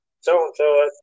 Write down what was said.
so-and-so